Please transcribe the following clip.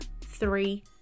three